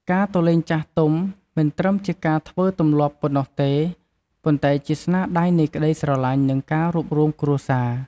ការទៅលេងចាស់ទុំមិនត្រឹមជាការធ្វើ “ទម្លាប់” ប៉ុណ្ណោះទេ ប៉ុន្តែជាស្នាដៃនៃក្តីស្រឡាញ់ និងការរួបរួមគ្រួសារ។